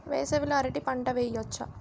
వేసవి లో అరటి పంట వెయ్యొచ్చా?